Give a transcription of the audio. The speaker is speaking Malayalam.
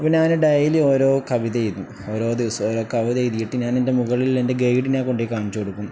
അപ്പ ഞാന് ഡയിലി ഓരോ കവിതെയ്ത ഓരോിവസ രോ കവിതഴ്തിട്ട് ഞാ എൻ്റെുകളിലിൽ എ്റെ ഗൈഡിനെ കൊണ്ടയി കാണിച്ചച്ച് കൊടുക്കും